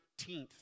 19th